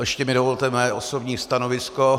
Ještě mi dovolte mé osobní stanovisko.